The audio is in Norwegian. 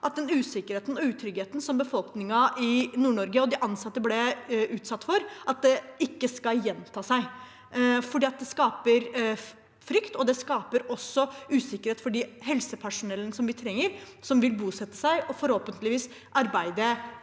at den usikkerheten og utryggheten som befolkningen i NordNorge og de ansatte ble utsatt for, ikke skal gjenta seg, for det skaper frykt, og det skaper også usikkerhet for det helsepersonellet som vi trenger, som skal bosette seg og forhåpentligvis arbeide